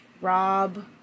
Rob